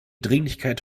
dringlichkeit